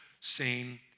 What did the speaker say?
seen